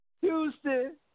Houston